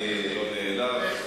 אני לא נעלב,